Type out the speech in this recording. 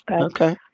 Okay